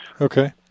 Okay